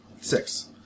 Six